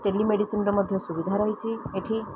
ଟେଲିମେଡ଼ିସିନର ମଧ୍ୟ ସୁବିଧା ରହିଛି ଏଠି